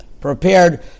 prepared